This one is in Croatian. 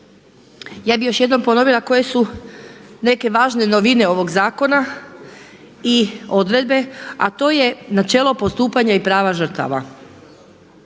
Ja bih još jednom ponovila koje su neke važne novine ovog zakona i odredbe, a to je načelo postupanja i prava žrtava.